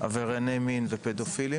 עברייני מין ופדופילים.